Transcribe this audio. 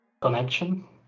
connection